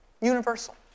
Universal